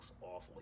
awful